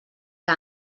que